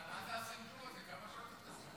מה זה הסיפור הזה, כמה שעות?